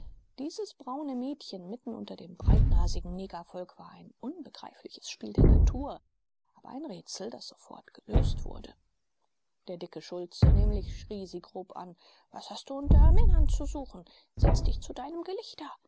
dieses braune mädchen mitten unter dem breitnasigen negervolk war ein unbegreifliches spiel der natur aber ein rätsel das sofort gelöst wurde der dicke schulze nämlich schrie sie grob an was hast du unter männern zu suchen setz dich zu deinem gelichter